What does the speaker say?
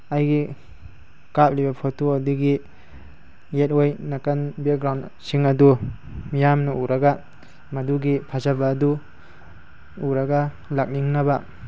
ꯑꯩꯒꯤ ꯀꯥꯞꯂꯤꯕ ꯐꯣꯇꯣ ꯑꯗꯨꯒꯤ ꯌꯦꯠ ꯑꯣꯏ ꯅꯥꯀꯟ ꯕꯦꯛꯒ꯭ꯔꯥꯎꯟꯁꯤꯡ ꯑꯗꯨ ꯃꯤꯌꯥꯝꯅ ꯎꯔꯒ ꯃꯗꯨꯒꯤ ꯐꯖꯕ ꯑꯗꯨ ꯎꯔꯒ ꯂꯥꯛꯅꯤꯡꯅꯕ